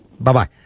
Bye-bye